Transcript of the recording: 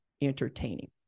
entertaining